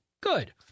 Good